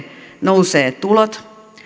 nousevat tulot